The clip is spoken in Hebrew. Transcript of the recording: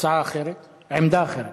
עמדה אחרת.